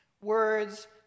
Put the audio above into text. words